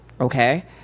Okay